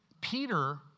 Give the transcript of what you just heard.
Peter